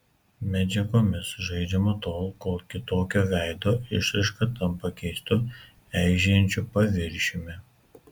medžiagomis žaidžiama tol kol kitokio veido išraiška tampa keistu eižėjančiu paviršiumi